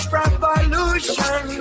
revolution